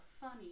Funny